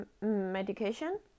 medication